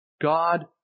God